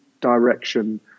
direction